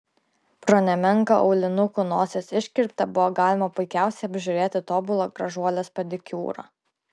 pro nemenką aulinukų nosies iškirptę buvo galima puikiausiai apžiūrėti tobulą gražuolės pedikiūrą